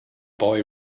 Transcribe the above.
boy